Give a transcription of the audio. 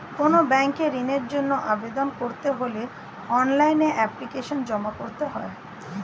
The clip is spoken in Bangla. কোনো ব্যাংকে ঋণের জন্য আবেদন করতে হলে অনলাইনে এপ্লিকেশন জমা করতে হয়